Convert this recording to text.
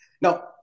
Now